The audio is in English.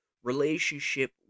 Relationship